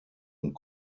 und